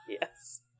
Yes